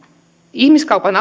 ihmiskaupan